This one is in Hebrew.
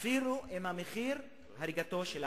אפילו אם המחיר הוא הריגתו של האחר.